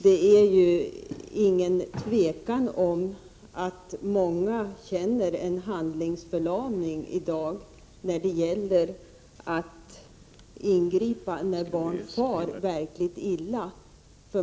Det råder inga tvivel om att många inom socialtjänsten i dag känner en handlingsförlamning när det gäller att ingripa när barn far verkligt illa.